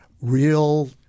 real